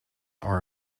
are